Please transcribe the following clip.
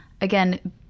again